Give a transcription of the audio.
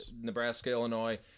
Nebraska-Illinois